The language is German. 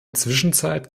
zwischenzeit